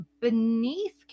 beneath